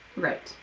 right.